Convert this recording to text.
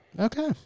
Okay